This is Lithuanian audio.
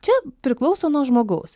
čia priklauso nuo žmogaus